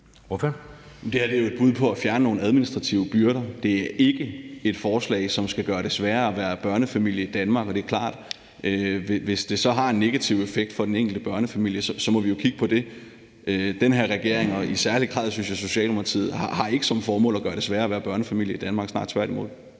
Det her er jo et bud på at fjerne nogle administrative byrder. Det er ikke et forslag, som skal gøre det sværere at være børnefamilie i Danmark. Det er klart, at hvis det så har en negativ effekt for den enkelte børnefamilie, må vi jo kigge på det. Den her regering og i særlig grad, synes jeg, Socialdemokratiet har ikke som formål at gøre det sværere at være børnefamilie i Danmark, snarere tværtimod.